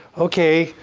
okay,